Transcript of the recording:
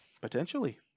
Potentially